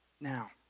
Now